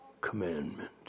commandment